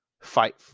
fight